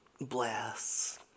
bless